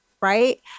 right